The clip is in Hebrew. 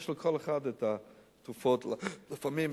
יש לכל אחד תרופות, לפעמים סוכרת,